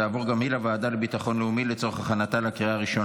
לוועדה לביטחון לאומי נתקבלה.